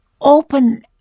open